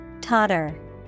Totter